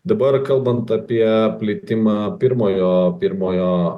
dabar kalbant apie plitimą pirmojo pirmojo